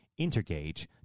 Intergage